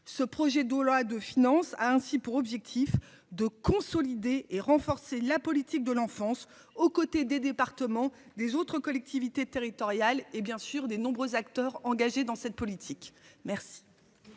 ce projet de loi de finances a ainsi pour objectif de consolider et renforcer la politique de l'enfance, aux côtés des départements des autres collectivités territoriales et bien sûr des nombreux acteurs engagés dans cette politique. Merci,